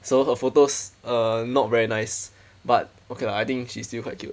so her photos are not very nice but okay lah I think she's still quite cute